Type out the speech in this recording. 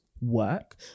work